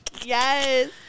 Yes